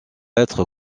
être